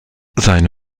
seine